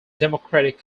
democratic